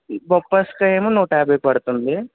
బొప్పాయి కాయేమో నూట యాభై పడుతుంది